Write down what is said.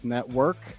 Network